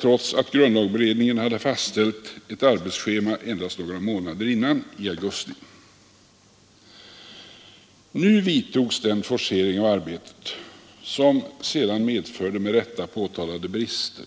trots att grundlagberedningen hade fastställt ett arbetsschema endast några månader tidigare, i augusti. Nu vidtog den forcering av arbetet som sedan medförde med rätta påtalade brister.